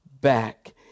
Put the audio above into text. back